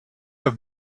have